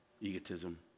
Egotism